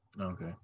Okay